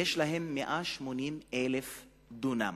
ויש להם 180,000 דונם.